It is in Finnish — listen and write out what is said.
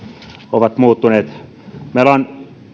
ovat muuttuneet meillä on